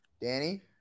Danny